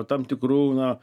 tam tikrų na